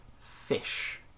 fish